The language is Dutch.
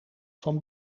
van